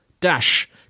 dash